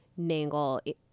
Nangle